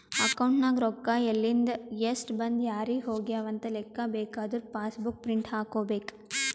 account ನಾಗ್ ರೊಕ್ಕಾ ಎಲಿಂದ್, ಎಸ್ಟ್ ಬಂದು ಯಾರಿಗ್ ಹೋಗ್ಯವ ಅಂತ್ ಲೆಕ್ಕಾ ಬೇಕಾದುರ ಪಾಸ್ ಬುಕ್ ಪ್ರಿಂಟ್ ಹಾಕೋಬೇಕ್